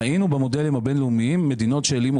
ראינו במודלים הבין-לאומיים מדינות שהלאימו